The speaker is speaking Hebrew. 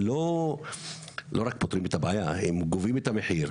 אבל הם לא רק פותרים את הבעיה אלא גם גובים את המחיר.